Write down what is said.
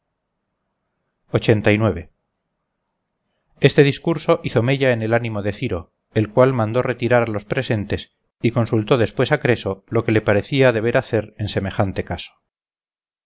esas rapiñas este discurso hizo mella en el ánimo de ciro el cual mandó retirar a los presentes y consultó después a creso lo que le parecía deber hacer en semejante caso